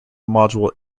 module